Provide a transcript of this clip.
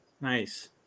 nice